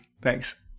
thanks